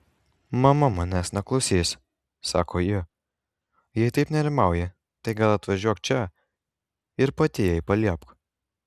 mama manęs neklausys sako ji jei taip nerimauji tai gal atvažiuok čia ir pati jai paliepk